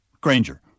Granger